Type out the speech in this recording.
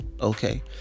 okay